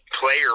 player